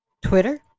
Twitter